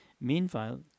Meanwhile